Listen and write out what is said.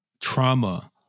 trauma